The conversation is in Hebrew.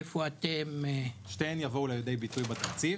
איפה אתם --- שתיהן יבואו לידי ביטוי בתקציב.